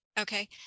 Okay